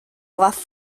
bluff